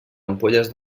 ampolles